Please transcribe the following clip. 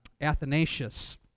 Athanasius